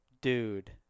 dude